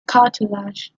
cartilage